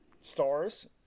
stars